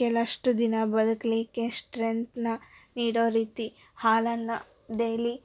ಕೆಲವಷ್ಟು ದಿನ ಬದುಕಲಿಕ್ಕೆ ಶ್ಟ್ರೆಂತನ್ನ ನೀಡೋ ರೀತಿ ಹಾಲನ್ನು ಡೈಲಿ